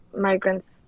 migrants